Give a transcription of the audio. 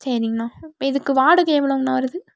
சரிங்கண்ணா இதுக்கு வாடகை எவ்வளோங்கண்ணா வருது